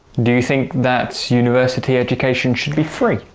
do you think that university education should be free?